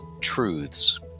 truths